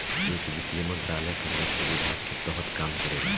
इ वित्त मंत्रालय के राजस्व विभाग के तहत काम करेला